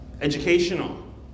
educational